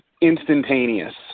instantaneous